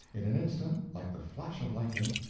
in an instant, like the flash of lightning,